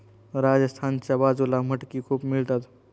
राजस्थानच्या बाजूला मटकी खूप मिळतात